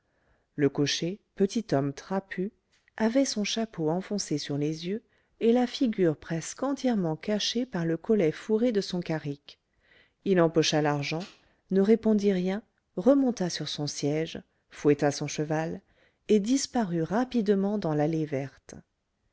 le cocher petit homme trapu avait son chapeau enfoncé sur les yeux et la figure presque entièrement cachée par le collet fourré de son carrick il empocha l'argent ne répondit rien remonta sur son siège fouetta son cheval et disparut rapidement dans l'allée verte